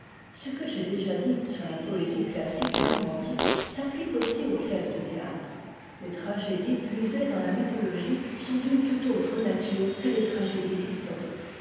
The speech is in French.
ce que j'ai déjà dit sur la poésie classique et romantique s'apptique aussi aux pièces'de théâtre les tragédies'puisées dans a mytnotogie sont d'une tout autre nature que es tragédies historiques